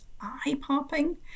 eye-popping